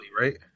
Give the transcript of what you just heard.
right